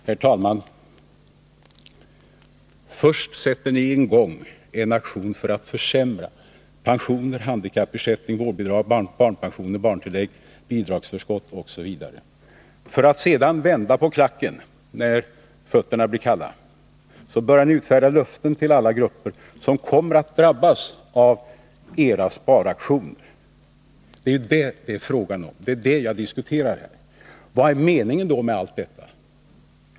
Herr talman! Först sätter regeringen i gång en aktion för att försämra pensioner, handikappersättning, vårdbidrag, barnpensioner, barntillägg, bidragsförskott osv. för att sedan vända på klacken när fötterna blir kalla. Då börjar ni utfärda löften till alla grupper som kommer att drabbas av era sparaktioner. Det är ju detta det är frågan om, och det är det jag diskuterar här. Vad är då meningen med allt detta?